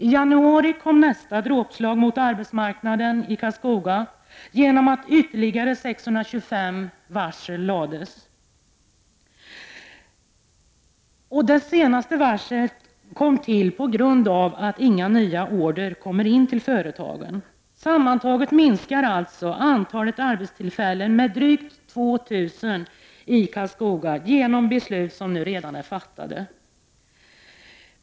I januari i år kom så nästa dråpslag mot arbetsmarknaden i Karlskoga, då ytterligare 625 varsel lades på grund av att inga nya order kommer in till företagen. Sammantaget minskar alltså antalet arbetstillfällen i Karlskoga med drygt 2 000 på grund av beslut som redan är fattade.